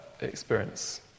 experience